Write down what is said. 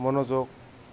মনোযোগ